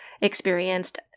experienced